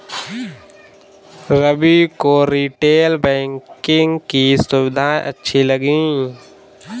रवि को retail banking की सुविधाएं अच्छी लगी